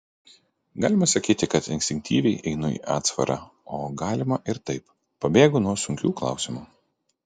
galima sakyti kad instinktyviai einu į atsvarą o galima ir taip pabėgu nuo sunkių klausimų